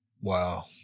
Wow